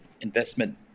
investment